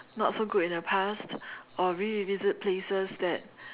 not so good in the past or revisit places that